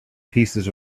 pieces